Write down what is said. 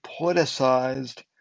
politicized